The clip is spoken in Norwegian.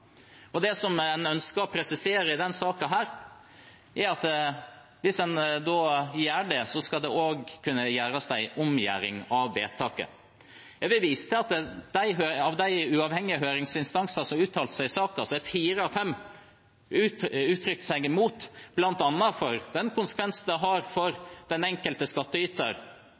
Det som en ønsker å presisere i denne saken, er at hvis en gjør det, skal det også kunne gjøres en omgjøring av vedtaket. Jeg vil vise til at av de uavhengige høringsinstansene som har uttalt seg i saken, har fire av fem uttrykt seg imot, bl.a. om den konsekvensen det har for den enkelte